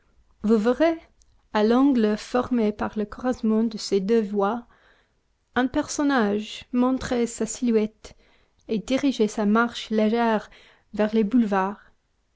vous verrez à l'angle formé par le croisement de ces deux voies un personnage montrer sa silhouette et diriger sa marche légère vers les boulevards